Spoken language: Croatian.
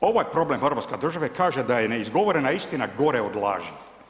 Ovaj problem hrvatske države kaže da je neizgovorena istina gore od laži.